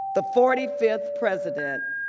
the forty fifth president